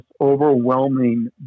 overwhelming